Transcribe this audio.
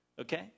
okay